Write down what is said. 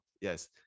Yes